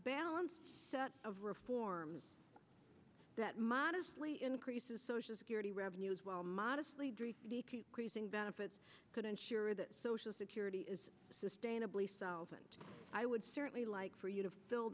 balanced set of reforms that modestly increases social security revenues while modest creasing benefits could ensure that social security is sustainably solvent i would certainly like for you to fill